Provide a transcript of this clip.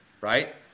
right